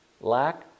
lack